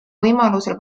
võimalusel